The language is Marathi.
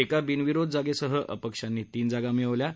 एका बिनविरोध जागेसह अपक्षांनी तीन जागा मिळविल्या आहेत